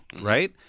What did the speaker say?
right